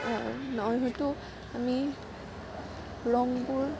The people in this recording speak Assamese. নহ'লেতো আমি ৰংবোৰ